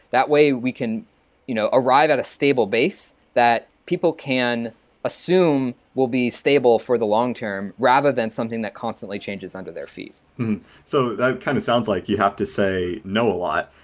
that way, we can you know arrive at a stable base that people can assume will be stable for the long term rather than something that constantly changes under their feet so that kind of sounds like you have to say know a lot.